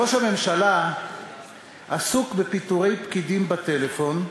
ראש הממשלה עסוק בפיטורי פקידים בטלפון,